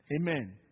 Amen